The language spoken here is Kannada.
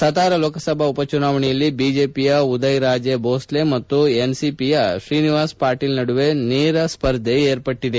ಸತಾರಾ ಲೋಕಸಭಾ ಉಪ ಚುನಾವಣೆಯಲ್ಲಿ ಬಿಜೆಪಿಯ ಉದಯನ್ರಾಜಿ ಭೋಶ್ಲೆ ಮತ್ತು ಎನ್ಸಿಪಿ ಶ್ರೀನಿವಾಸ್ ಪಾಟೀಲ್ ನಡುವೆ ನೇರ ಸ್ವರ್ಧೆ ಏರ್ಪಟ್ಟದೆ